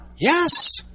Yes